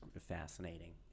fascinating